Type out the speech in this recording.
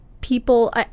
people –